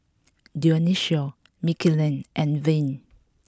Dionicio Mckinley and Vern